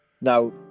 Now